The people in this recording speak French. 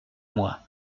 moi